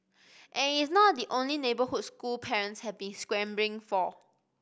and it is not the only neighbourhood school parents have been scrambling for